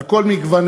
על כל מגווניהם,